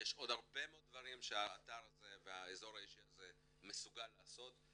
יש עוד הרבה מאוד דברים שהאתר הזה והאזור האישי הזה מסוגל לעשות.